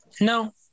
no